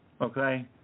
Okay